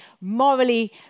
morally